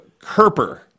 Kerper